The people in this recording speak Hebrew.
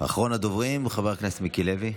אחרון הדוברים הוא חבר הכנסת מיקי לוי.